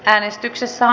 äänestyksessä